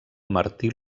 martí